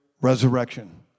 resurrection